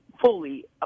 fully